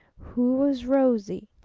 who was rosie